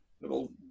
little